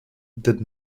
did